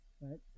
right